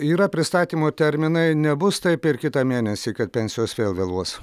yra pristatymo terminai nebus taip ir kitą mėnesį kad pensijos vėl vėluos